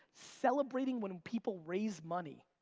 celebrating when people raise money.